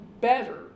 better